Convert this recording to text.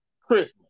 Christmas